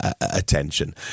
attention